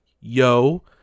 yo